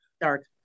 Dark